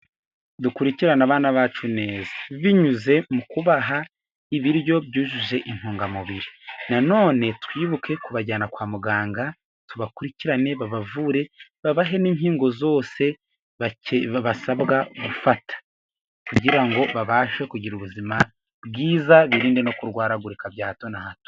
Dukurikirane abana bacu neza binyuze mu kubaha ibiryo byujuje intungamubiri. Na none twibuke kubajyana kwa muganga tubakurikirane babavure babahe n'inkingo zose basabwa gufata, kugira ngo babashe kugira ubuzima bwiza, birinde no kurwaragurika bya hato na hato.